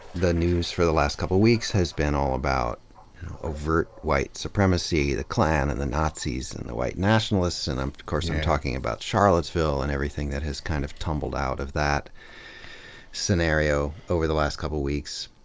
the news for the last couple of weeks has been all about overt white supremacy, the klan and the nazis and the white nationalists, and of course i'm talking about charlottesville and everything that has kind of tumbled out of that scenario over the last couple of weeks.